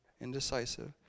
indecisive